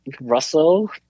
russell